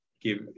give